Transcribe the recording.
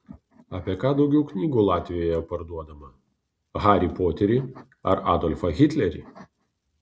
apie ką daugiau knygų latvijoje parduodama harį poterį ar adolfą hitlerį